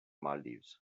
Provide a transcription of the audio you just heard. maldives